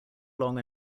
long